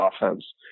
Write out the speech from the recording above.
offense